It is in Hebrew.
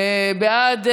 בעד,